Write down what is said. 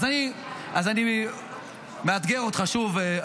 אז אני מאתגר אותך שוב.